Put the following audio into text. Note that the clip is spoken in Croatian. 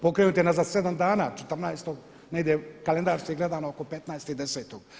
Pokrenut je za 7 dana, 14. negdje kalendarski gledano oko 15.10.